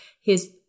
his-